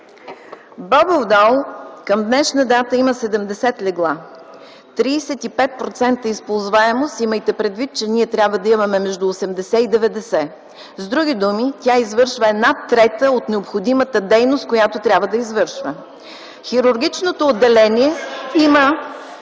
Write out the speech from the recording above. „Бобов дол” към днешна дата има 70 легла, 35% използваемост. Имайте предвид, че ние трябва да имаме между 80 и 90. С други думи, тя извършва една трета от необходимата дейност, която трябва да извършва. (Реплика от народния